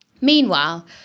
Meanwhile